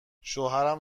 شوهرم